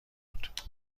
بود